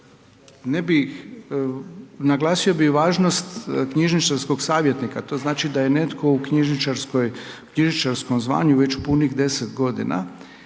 ne bih, naglasio bih važnost knjižničarskog savjetnika, to znači da je netko u knjižničarskom zvanju već punih 10 godina